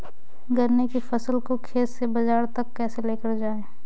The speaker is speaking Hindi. गन्ने की फसल को खेत से बाजार तक कैसे लेकर जाएँ?